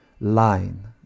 line